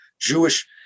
Jewish